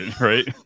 right